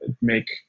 make